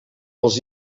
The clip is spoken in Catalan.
els